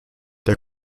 der